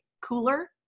cooler